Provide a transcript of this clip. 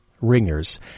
Ringers